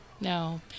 no